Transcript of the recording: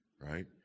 right